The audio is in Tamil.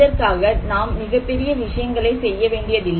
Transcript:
இதற்காக நாம் மிகப்பெரிய விஷயங்களை செய்யவேண்டியதில்லை